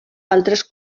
altres